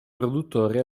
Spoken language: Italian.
produttori